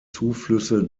zuflüsse